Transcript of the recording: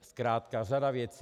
Zkrátka řada věcí.